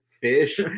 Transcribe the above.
Fish